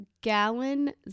gallon